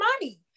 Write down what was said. money